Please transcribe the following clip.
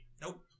Nope